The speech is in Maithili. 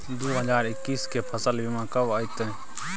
दु हजार एक्कीस के फसल बीमा कब अयतै?